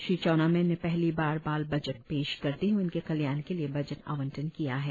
श्री चाउना मैन ने पहली बार बाल बजट पेश करते हए उनके कल्याण के लिए बजट आवंटन किया है